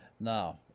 now